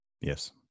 yes